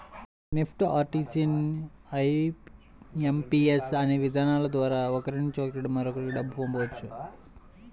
NEFT, RTGS, IMPS అనే విధానాల ద్వారా ఒకరి నుంచి మరొకరికి డబ్బును పంపవచ్చు